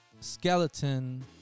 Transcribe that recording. skeleton